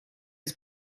his